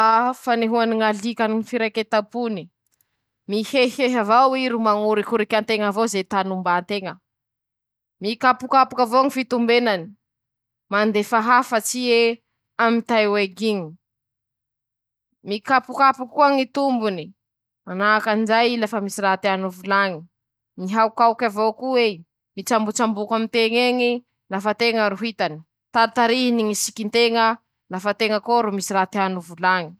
<…> <Kôkôrikôo>Zaho aloha tena mihevitsy, fa ñy pingouins añatiny ñy karazam-boro satria roze mitily manahaky voro o, mana volombolo manahaky ñy voro o, zay ñy ieverako androzy tokony ho añatiny ñy karazam-boro<...>.